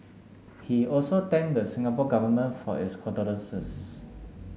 he also thanked the Singapore Government for its condolences